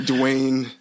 Dwayne